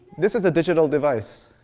this is a digital device.